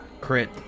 Crit